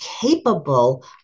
capable